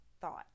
thought